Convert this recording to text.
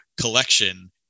collection